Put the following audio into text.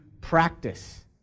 practice